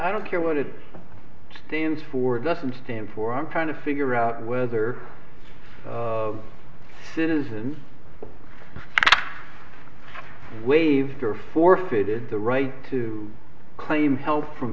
i don't care what it stands for doesn't stand for i'm trying to figure out whether it's of citizens waived or forfeited the right to claim help from